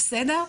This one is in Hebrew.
בסדר?